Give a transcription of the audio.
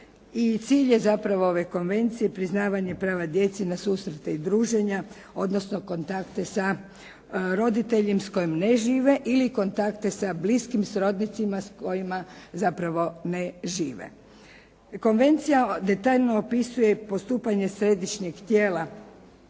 cilj je zapravo ove Konvencije priznavanje prava djece na susrete i druženja, odnosno kontakte sa roditeljem s kojim ne žive ili kontakte sa bliskim srodnicima s kojima zapravo ne žive. Konvencija detaljno opisuje postupanje Središnjeg tijela